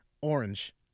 orange